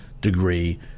degree